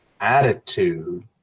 attitude